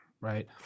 right